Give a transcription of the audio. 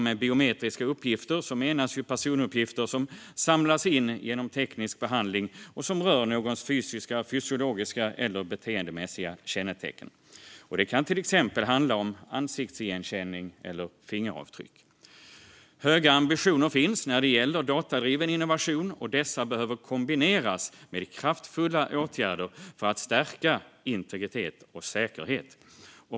Med biometriska uppgifter menas personuppgifter som samlas in genom teknisk behandling och som rör någons fysiska, fysiologiska eller beteendemässiga kännetecken. Det kan till exempel handla om ansiktsigenkänning eller fingeravtryck. Höga ambitioner finns när det gäller datadriven innovation, och dessa behöver kombineras med kraftfulla åtgärder för att stärka integritet och säkerhet.